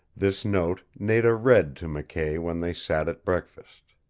this note nada read to mckay when they sat at breakfast.